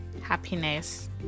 happiness